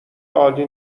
عالی